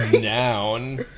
Noun